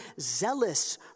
zealous